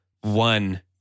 one